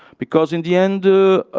because in the end,